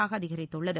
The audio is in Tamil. ஆக அதிகரித்துள்ளது